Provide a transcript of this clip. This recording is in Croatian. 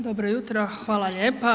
Dobro jutro, hvala lijepa.